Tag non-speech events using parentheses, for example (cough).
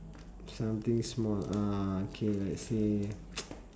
something small uh K let's say (noise)